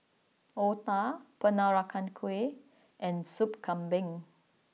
Otah Peranakan Kueh and Sup Kambing